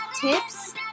tips